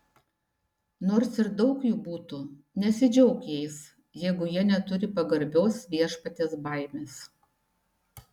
nors ir daug jų būtų nesidžiauk jais jeigu jie neturi pagarbios viešpaties baimės